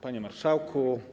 Panie Marszałku!